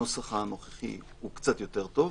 הנוסח הנוכחי הוא קצת יותר טוב.